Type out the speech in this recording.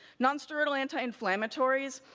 non-steroid, anti-inflammatories,